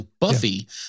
buffy